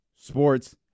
sports